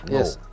Yes